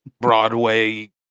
Broadway